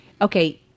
Okay